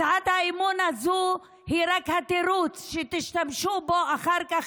הצעת האמון הזאת היא רק התירוץ שתשתמשו בו אחר כך,